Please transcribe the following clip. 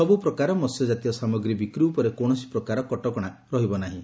ସବୁ ପ୍ରକାର ମହ୍ୟଜାତୀୟ ସାମଗ୍ରୀ ବିକ୍ରୀ ଉପରେ କୌଣସି ପ୍ରକାର କଟକଶା ନାହିଁ